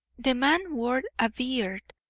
the man wore a beard.